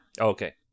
Okay